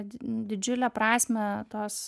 didžiulę prasmę tos